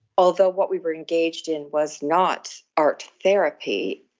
although what we were engaged in was not art therapy,